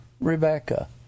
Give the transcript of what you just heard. Rebecca